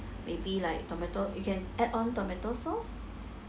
maybe like tomato you can add on tomato sauce